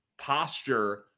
posture